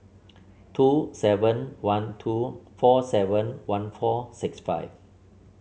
two seven one two four seven one four six five